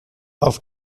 auf